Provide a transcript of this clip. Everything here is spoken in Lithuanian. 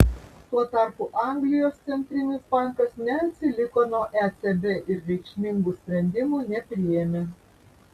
tuo tarpu anglijos centrinis bankas neatsiliko nuo ecb ir reikšmingų sprendimų nepriėmė